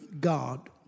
God